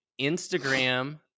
Instagram